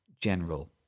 general